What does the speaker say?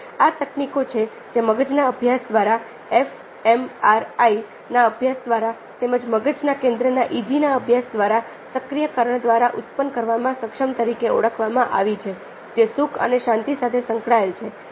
હવે આ તકનીકો છે જે મગજના અભ્યાસ દ્વારા એફએમઆરઆઈ ના અભ્યાસ દ્વારા તેમજ મગજના કેન્દ્રના EGના અભ્યાસ દ્વારા સક્રિયકરણ દ્વારા ઉત્પન્ન કરવામાં સક્ષમ તરીકે ઓળખવામાં આવી છે જે સુખ અને શાંતિ સાથે સંકળાયેલ છે